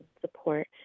support